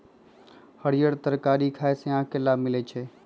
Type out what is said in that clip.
हरीयर तरकारी खाय से आँख के लाभ मिलइ छै